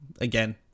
again